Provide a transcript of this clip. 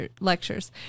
lectures